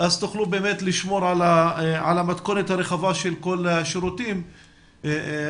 תוכלו באמת לשמור על המתכונת הרחבה של כל השירותים החיוניים.